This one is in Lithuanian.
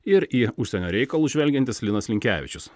ir į užsienio reikalus žvelgiantis linas linkevičius